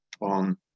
on